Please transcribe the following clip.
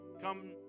come